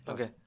Okay